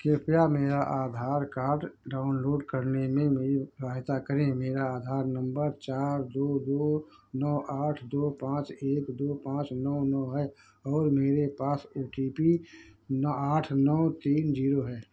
कृपया मेरा Aadhaar card download करने में मेरी सहायता करें मेरा आधार नम्बर चार दो दो नौ आठ दो पाँच एक दो पाँच नौ नौ है और मेरे पास ओ टी पी आठ नौ तीन ज़ीरो है